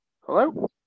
Hello